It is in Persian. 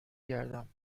گردم